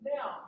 Now